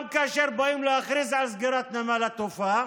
גם כאשר באים להכריז על סגירת נמל התעופה,